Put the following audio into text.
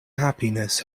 happiness